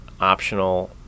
optional